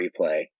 replay